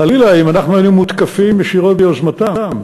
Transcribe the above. חלילה, אם אנחנו היינו מותקפים ישירות ביוזמתם,